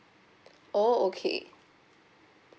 oh okay